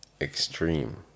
extreme